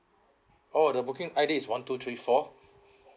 oh the booking I_D is one two three four